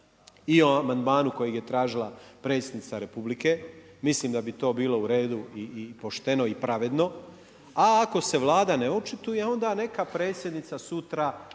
I o amandmanu kojeg je tražila predsjednica Republike, mislim da bi to bilo u redu, pošteno i pravedno. A ako se Vlada ne očituje, onda neka predsjednica sutra